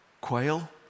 Quail